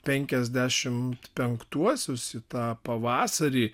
penkiasdešimt penktuosius į tą pavasarį